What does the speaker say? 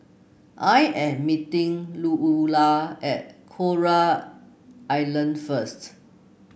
I am meeting Louella at Coral Island first